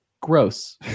gross